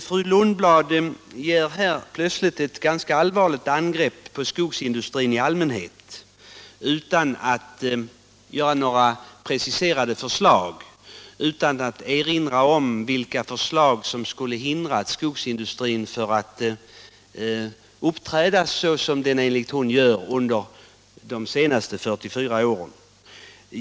Fru Lundblad gick plötsligt till ett ganska allvarligt angrepp mot skogsindustrin i allmänhet utan att ge några preciserade förslag till hur den skulle hindras från att uppträda så som den enligt fru Lundblad har gjort under de senaste 44 åren.